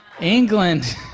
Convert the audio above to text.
England